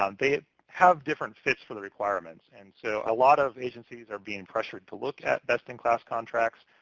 um they have different fits for the requirements. and so a lot of agencies are being pressured to look at best-in-class contracts,